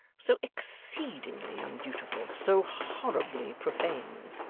so exceedingly undutiful, so horribly profane